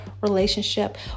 relationship